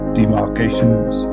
demarcations